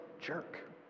jerk